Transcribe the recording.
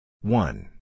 One